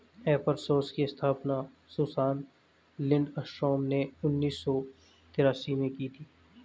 एपर सोर्स की स्थापना सुसान लिंडस्ट्रॉम ने उन्नीस सौ तेरासी में की थी